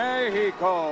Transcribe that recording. Mexico